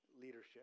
leadership